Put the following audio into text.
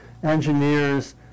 Engineers